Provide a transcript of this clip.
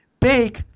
Bake